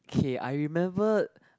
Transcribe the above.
k I remembered